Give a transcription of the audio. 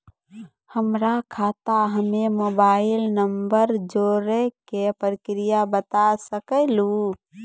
हमर खाता हम्मे मोबाइल नंबर जोड़े के प्रक्रिया बता सकें लू?